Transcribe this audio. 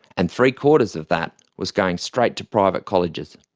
and three quarters of that was going straight to private colleges.